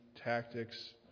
tactics